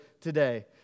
today